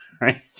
right